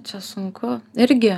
čia sunku irgi